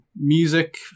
music